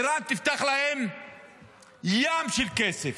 איראן תפתח להם ים של כסף.